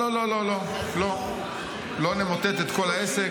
לא, לא, לא נמוטט את כל העסק.